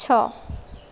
છ